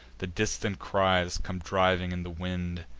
the distant cries come driving in the wind,